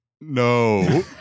no